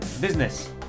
Business